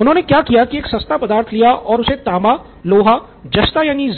उन्होने क्या किया की एक सस्ता पदार्थ लिया और उसे तांबा लोहा या जस्ता